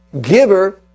giver